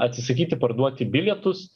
atsisakyti parduoti bilietus